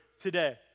today